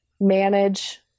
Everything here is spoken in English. manage